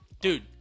Dude